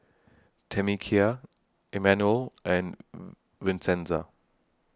Tamekia Emanuel and Vincenza